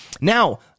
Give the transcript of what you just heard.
Now